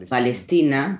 Palestina